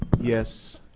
yes.